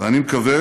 ואני מקווה